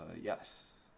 Yes